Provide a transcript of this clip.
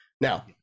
now